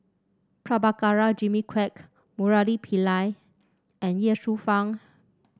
Prabhakara Jimmy Quek Murali Pillai and Ye Shufang